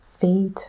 feet